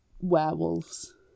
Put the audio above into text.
werewolves